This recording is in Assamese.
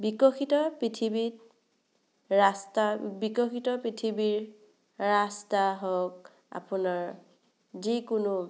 বিকশিত পৃথিৱীত বিকশিত পৃথিৱীৰ ৰাস্তা হওঁক আপোনাৰ যিকোনো